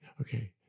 okay